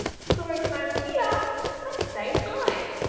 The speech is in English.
story times here let's say hi.